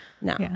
No